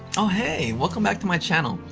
oh, hey! welcome back to my channel.